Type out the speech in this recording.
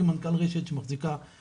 כמנכ"ל רשת שמחזיקה,